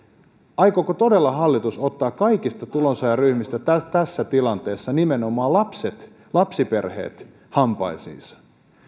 aikooko todella hallitus ottaa kaikista tulonsaajaryhmistä tässä tilanteessa nimenomaan lapset lapsiperheet hampaisiinsa